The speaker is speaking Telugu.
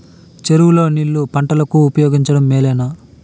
చెరువు లో నీళ్లు పంటలకు ఉపయోగించడం మేలేనా?